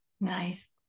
Nice